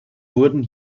wurden